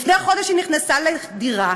לפני חודש היא נכנסה לדירה,